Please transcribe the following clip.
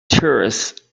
tourists